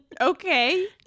Okay